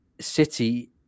City